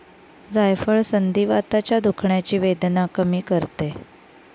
जायफळ संधिवाताच्या दुखण्याची वेदना कमी करते